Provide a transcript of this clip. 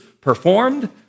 performed